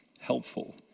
helpful